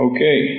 Okay